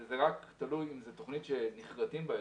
זה רק תלוי אם זאת תוכנית שנכרתים בה עצים,